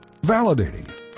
validating